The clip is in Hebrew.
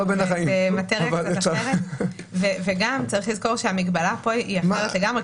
אנחנו במטריה קצת אחרת וגם צריך לזכור שהמגבלה כאן היא אחרת לגמרי.